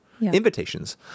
invitations